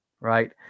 right